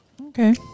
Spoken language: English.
Okay